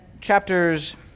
chapters